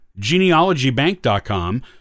genealogybank.com